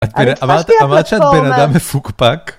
אמרת שאת בן אדם מפוקפק.